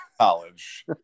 College